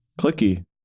Clicky